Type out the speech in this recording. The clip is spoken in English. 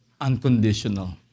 unconditional